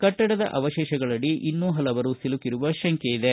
ಕಟ್ಟಡದ ಅವಶೇಷಗಳಡಿ ಇನ್ನೂ ಹಲವರು ಸಿಲುಕಿರುವ ಶಂಕೆ ಇದೆ